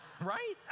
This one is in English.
Right